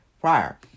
prior